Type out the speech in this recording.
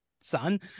son